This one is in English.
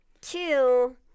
two